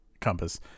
Compass